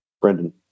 Brendan